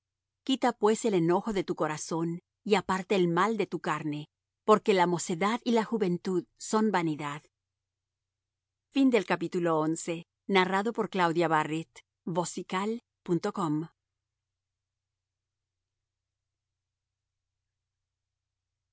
quita pues el enojo de tu corazón y aparta el mal de tu carne porque la mocedad y la juventud son vainidad y